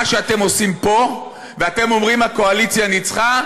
מה שאתם עושים פה ואתם אומרים: הקואליציה ניצחה,